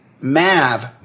Mav